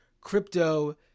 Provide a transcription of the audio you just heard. crypto